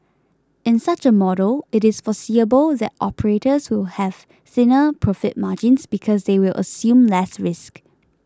in such a model it is foreseeable that operators will have thinner profit margins because they will assume less risk